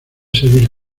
servir